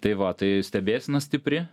tai va tai stebėsena stipri